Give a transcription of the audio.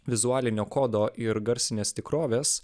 vizualinio kodo ir garsinės tikrovės